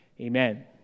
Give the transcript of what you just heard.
Amen